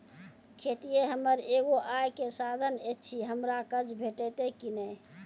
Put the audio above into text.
खेतीये हमर एगो आय के साधन ऐछि, हमरा कर्ज भेटतै कि नै?